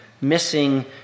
missing